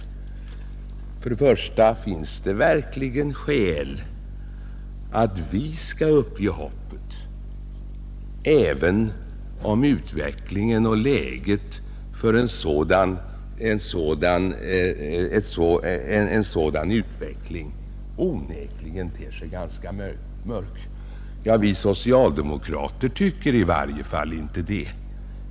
Finns det först och främst verkligen skäl att vi skall uppge hoppet, även om utsikterna för en ändring av det hittillsvarande läget med två tyska stater onekligen ter sig ganska mörka? I varje fall tycker inte vi socialdemokrater det.